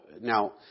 Now